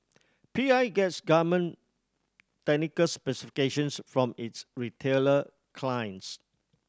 P I gets garment technical specifications from its retailer clients